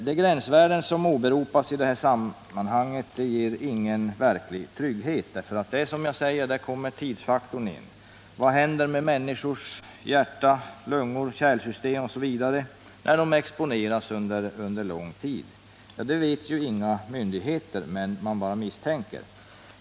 De gränsvärden som åberopas i detta sammanhang ger ingen verklig trygghet, för, som jag säger, tidsfaktorn måste också räknas in. Vad händer med människors hjärta, lungor, kärlsystem, när de under lång tid exponeras för dessa gaser. Det vet inga myndigheter, man bara misstänker.